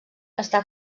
està